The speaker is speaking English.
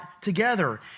together